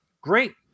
great